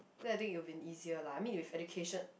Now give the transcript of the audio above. it could have been easier lah I mean with education